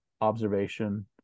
observation